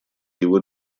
его